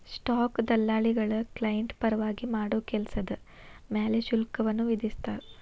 stock ದಲ್ಲಾಳಿಗಳ client ಪರವಾಗಿ ಮಾಡೋ ಕೆಲ್ಸದ್ ಮ್ಯಾಲೆ ಶುಲ್ಕವನ್ನ ವಿಧಿಸ್ತಾರ